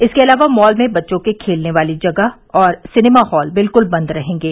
इसके अलावा मॉल में बच्चों के खेलने वाली जगह और सिनेमाहॉल बिल्कुल बंद रहेंगे